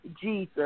Jesus